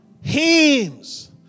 hymns